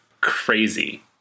crazy